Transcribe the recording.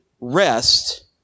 rest